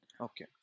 okay